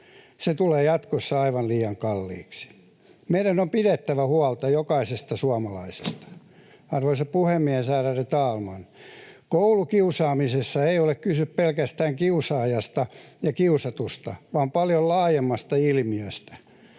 Se tulee jatkossa aivan liian kalliiksi. Meidän on pidettävä huolta jokaisesta suomalaisesta. Arvoisa puhemies, ärade talman! Koulukiusaamisessa ei ole kyse pelkästään kiusaajasta ja kiusatusta vaan paljon laajemmasta ilmiöstä.